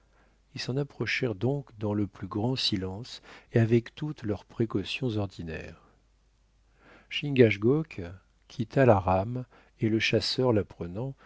ils s'en approchèrent donc dans le plus grand silence et avec toutes leurs précautions ordinaires chingachgook quitta la rame et le chasseur la